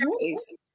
choice